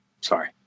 Sorry